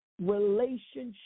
relationship